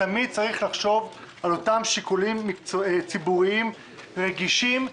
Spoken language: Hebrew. צריך תמיד לחשוב על אותם שיקולים ציבוריים רגישים,